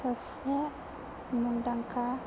सासे मुंदांखा